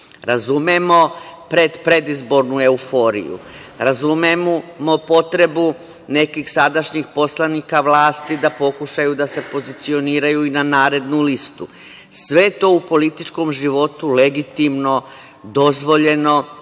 pred predizbornu euforiju, razumemo potrebu nekih sadašnjih poslanika vlasti da pokušaju da se pozicioniraju i na narednu listu. Sve je to u političkom životu legitimno, dozvoljeno